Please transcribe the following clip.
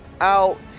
out